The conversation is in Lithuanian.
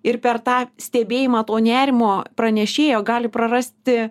ir per tą stebėjimą to nerimo pranešėjo gali prarasti